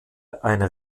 eine